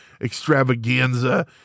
Extravaganza